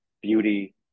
beauty